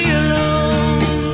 alone